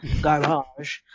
garage